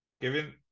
given